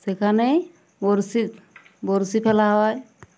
সেখানেই বড়শি বড়শি ফেলা হয়